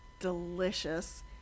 delicious